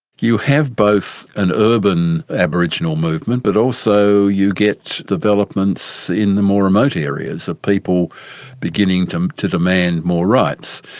you have both an urban aboriginal movement but also you get developments in the more remote areas of people beginning to to demand more rights.